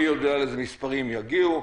מי יודע איזה מספרים יגיעו,